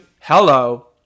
Hello